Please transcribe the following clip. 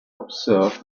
observe